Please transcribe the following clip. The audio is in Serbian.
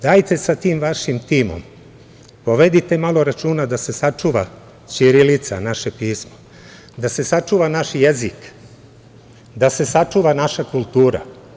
Dajte sa tim vašim timom povedite malo računa da se sačuva ćirilica, naše pismo, da se sačuva naš jezik, da se sačuva naša kultura.